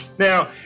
Now